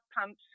pumps